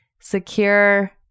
secure